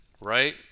right